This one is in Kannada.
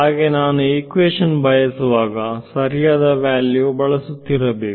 ಹಾಗೆ ನಾನು ಇಕ್ವೇಶನ್ ಬಯಸುವಾಗ ಸರಿಯಾದ ವ್ಯಾಲ್ಯೂ ಬಳಸುತ್ತೀರ ಬೇಕು